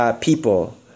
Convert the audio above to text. people